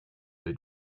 they